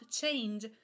change